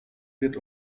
wird